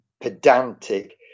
pedantic